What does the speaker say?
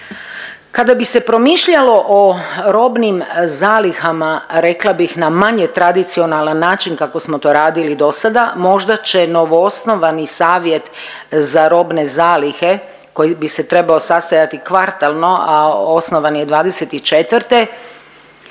Kada bi se promišljalo o robnim zalihama rekla bih na manje tradicionalan način kako smo to radili dosada možda će novoosnovani savjet za robne zalihe koji bi se trebao sastojati kvartalno, a osnovan je '24.